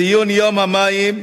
ציון יום המים,